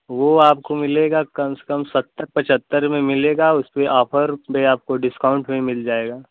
वह आपको मिलेगा कम से कम सत्तर पचहत्तर में मिलेगा उस पर आफर पर आपको डिस्काउन्ट में मिल जाएगा